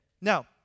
Now